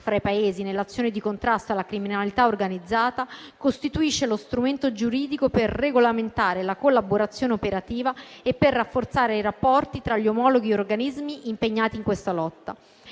fra i Paesi nell'azione di contrasto alla criminalità organizzata, costituisce lo strumento giuridico per regolamentare la collaborazione operativa e per rafforzare i rapporti tra gli omologhi organismi impegnati in questa lotta.